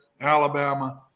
Alabama